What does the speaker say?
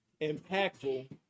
impactful